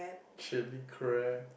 chilli crab